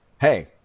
hey